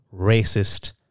racist